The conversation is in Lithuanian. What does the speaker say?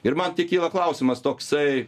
ir man kyla klausimas toksai